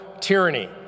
tyranny